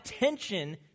attention